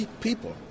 people